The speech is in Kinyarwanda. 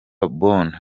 bonne